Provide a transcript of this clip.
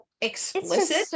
explicit